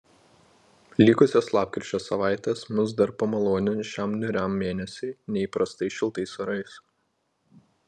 likusios lapkričio savaitės mus dar pamalonins šiam niūriam mėnesiui neįprastai šiltais orais